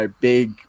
big